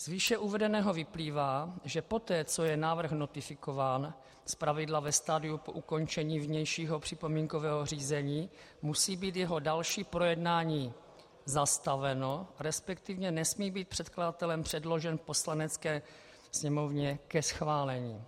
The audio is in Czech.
Z výše uvedeného vyplývá, že poté, co je návrh notifikován, zpravidla ve stadiu po ukončení vnějšího připomínkového řízení, musí být jeho další projednání zastaveno, resp. nesmí být předkladatelem předložen Poslanecké sněmovně ke schválení.